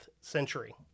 century